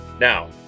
Now